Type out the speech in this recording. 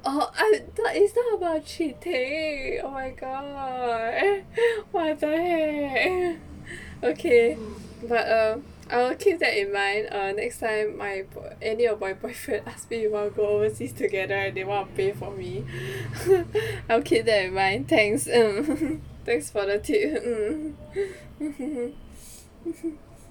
orh I thought it's not about cheating oh my god what the heck okay but err I'll keep that in mind err next time my boy~ any of my boyfriend as me to go overseas together they wanna pay for me I'll keep that in mind thanks thanks for the tip mm